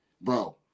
bro